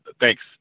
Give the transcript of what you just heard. Thanks